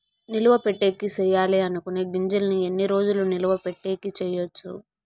నిలువ పెట్టేకి సేయాలి అనుకునే గింజల్ని ఎన్ని రోజులు నిలువ పెట్టేకి చేయొచ్చు